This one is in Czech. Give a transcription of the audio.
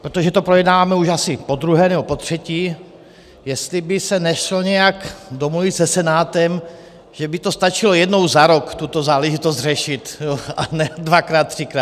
Protože to projednáváme už asi podruhé nebo potřetí, jestli by se nešlo nějak domluvit se Senátem, že by stačilo jednou za rok tuto záležitost řešit, a ne dvakrát třikrát.